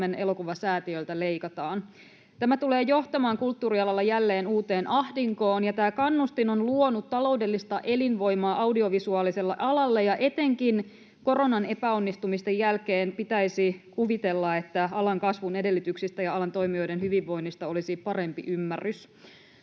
ja Suomen elokuvasäätiöltä leikataan. Tämä tulee johtamaan kulttuurialalla jälleen uuteen ahdinkoon. Tämä kannustin on luonut taloudellista elinvoimaa audiovisuaaliselle alalle, ja etenkin koronan epäonnistumisten jälkeen pitäisi kuvitella, että alan kasvun edellytyksistä ja alan toimijoiden hyvinvoinnista olisi parempi ymmärrys.